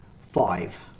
Five